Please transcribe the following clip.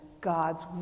God's